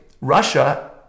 Russia